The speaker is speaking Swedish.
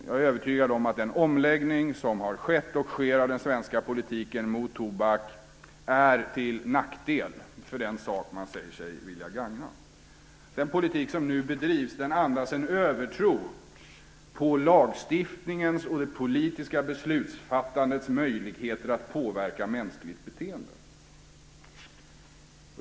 Jag är övertygad om att den omläggning som har skett och sker av den svenska politiken mot tobak är till nackdel för den sak man säger sig vilja gagna. Den politik som nu bedrivs handlar alltså om en övertro på lagstiftningens och det politiska beslutsfattandets möjligheter att påverka mänskligt beteende.